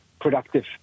productive